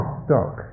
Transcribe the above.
stock